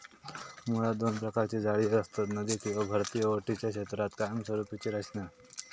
मुळात दोन प्रकारची जाळी असतत, नदी किंवा भरती ओहोटीच्या क्षेत्रात कायमस्वरूपी रचना